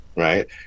Right